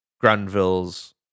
Granville's